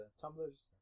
tumblers